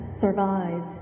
survived